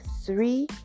three